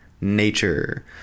nature